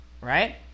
right